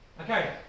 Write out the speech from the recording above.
Okay